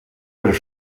per